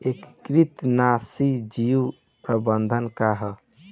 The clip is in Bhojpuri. एकीकृत नाशी जीव प्रबंधन का ह?